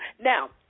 now